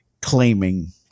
claiming